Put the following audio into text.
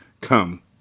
Come